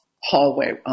hallway